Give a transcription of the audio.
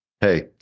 Hey